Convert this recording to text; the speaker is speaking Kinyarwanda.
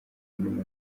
muri